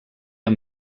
amb